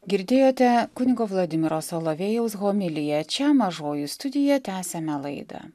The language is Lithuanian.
girdėjote kunigo vladimiro solovėjaus homiliją čia mažoji studija tęsiame laidą